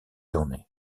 journée